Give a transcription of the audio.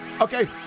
Okay